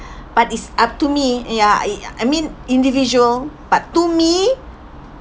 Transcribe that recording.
but it's up to me ya it uh I mean individual but to me